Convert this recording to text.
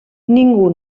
ningú